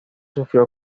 sufrió